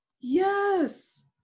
Yes